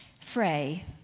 Frey